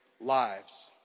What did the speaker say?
lives